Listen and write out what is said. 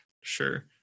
Sure